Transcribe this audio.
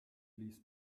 ließ